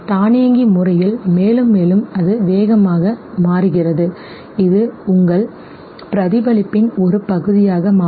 தானியங்கி முறையில் மேலும் மேலும் அது வேகமாக மாறுகிறது இது உங்கள் பிரதிபலிப்பின் ஒரு பகுதியாக மாறும்